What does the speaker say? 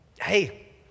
hey